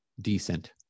decent